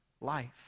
life